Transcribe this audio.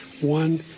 one